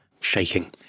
Shaking